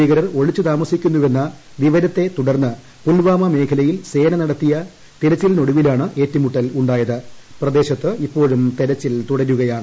ഭീകരർ ഒളിച്ചുതാമസിക്കുന്നുവെന്ന രഹസ്യ വിവരത്തെ തുടർന്ന് പുൽവാമ മേഖലയിൽ സേന നടത്തിയ തിരച്ചിലിനൊടുവിലാണ് ഏറ്റുമുട്ടൽ ഉ പ്രദേശത്ത് ഇപ്പോഴും തിരച്ചിൽ തുടരുകയാണ്